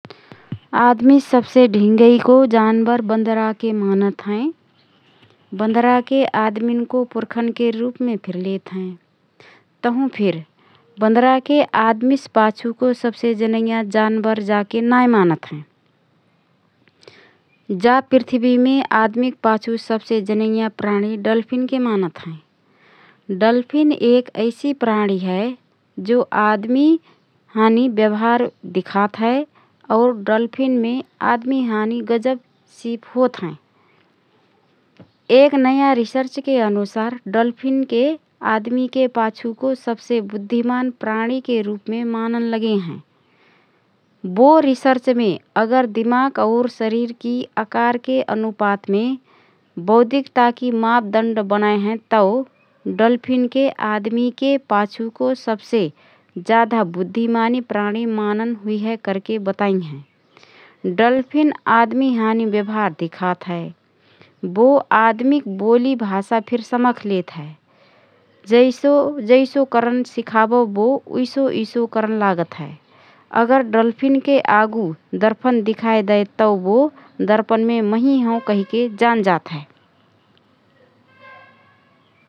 आदमीसे सबसे ढिँगइको जानबर बँदराके मानत हएँ । बँदराके आदमिनको पुर्खाके रूपमे फिर लेतहएँ । तहुँफिर बँदराके आदमीस पाछुको सबसे जनैया जानबर जाके नाएँ मानत हएँ । जा पृथ्वीमे आदमिक पाछु सबसे जनैया प्राणी डल्फिनके मानत हएँ । डल्फिन एक ऐसि प्राणी हए जो आदमी हानी व्यवहार दिखात हए और डल्फिनमे आदमी हानी गजब सिप होतहएँ । एक नयाँ रिसर्चके अनुसार डल्फिनके आदमीके पाछुको सबसे बुद्धिमान प्राणीके रुपमे मानन लगे हएँ । बो रिसर्चमे अगर दिमाग और शरीरकी आकारके अनुपातके बौद्धिकताकी माप दण्ड बनएहएँ तओ डल्फिनके आदमीके पाछुको सबसे जाधा बुद्धिमानी प्राणी मानन् हुइहए करके बताई हएँ । डल्फिन आदमी हानी व्यवहार दिखात हए । बो आदमिक बोलि भाषा फिर समखलेत हए । जैसो जैसो करन सिखाबओ बो उइसि उइसि करन लागत हए । अगर डल्फिनके आगु दर्पन दिखाए दए तओ बो दर्पनमे महिँ हओँ कहिके जान जातहए ।